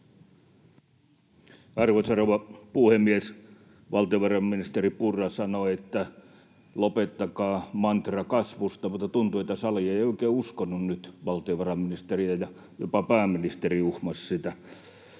Arvoisa rouva puhemies! Valtiovarainministeri Purra sanoi, että lopettakaa mantra kasvusta, mutta tuntui, että sali ei oikein uskonut nyt valtiovarainministeriä, ja jopa pääministeri uhmasi sitä,